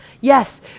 Yes